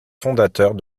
fondateurs